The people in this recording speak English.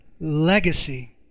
legacy